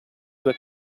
due